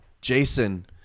Jason